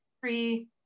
free